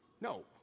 No